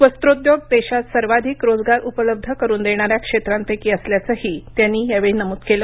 वस्त्रोद्योग देशात सर्वाधिक रोजगार उपलब्ध करून देणाऱ्या क्षेत्रांपैकी असल्याचंही त्यांनी यावेळी नमूद केलं